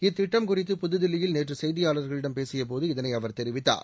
இத்திட்டம் குறித்து புதுதில்லியில் நேற்று செய்தியாளர்களிடம் பேசியபோது இதனை அவர் தெரிவித்தார்